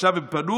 עכשיו הם פנו,